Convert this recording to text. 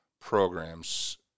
programs